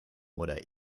oder